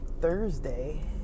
Thursday